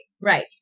Right